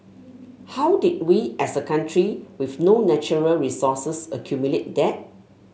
how did we as a country with no natural resources accumulate that